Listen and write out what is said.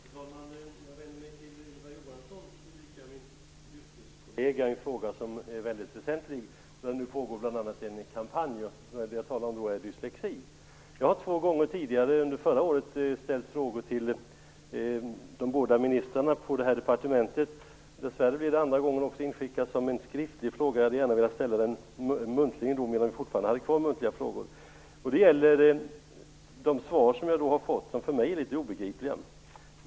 Fru talman! Jag vänder mig till Ylva Johansson, tillika min yrkeskollega, i en fråga som är väldigt väsentlig och där det nu pågår en kampanj. Det jag talar om är dyslexi. Jag har två gånger tidigare, under förra året, ställt frågor till de båda ministrarna på departementet. Dessvärre blev det andra gången en skriftlig fråga. Jag hade gärna velat ställa frågan muntligen, medan vi fortfarande hade kvar muntliga frågor. De svar som jag då har fått är för mig litet obegripliga.